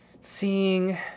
seeing